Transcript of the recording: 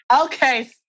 Okay